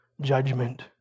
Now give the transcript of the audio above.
judgment